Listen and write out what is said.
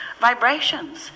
vibrations